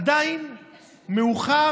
עדיין זה מאוחר,